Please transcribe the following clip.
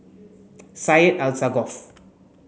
Syed Alsagoff